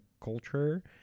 culture